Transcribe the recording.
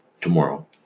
tomorrow